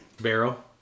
Barrel